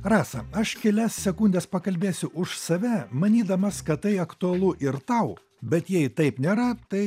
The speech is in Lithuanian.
rasa aš kelias sekundes pakalbėsiu už save manydamas kad tai aktualu ir tau bet jei taip nėra tai